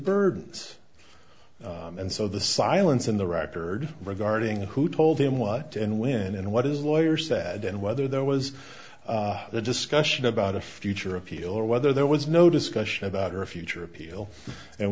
birds and so the silence in the record regarding who told him what and when and what his lawyer said and whether there was a discussion about a future appeal or whether there was no discussion about her future appeal and